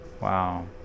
Wow